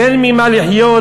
/ אין ממה לחיות,